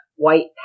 White